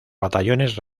batallones